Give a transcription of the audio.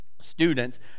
students